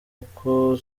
uko